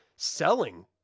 selling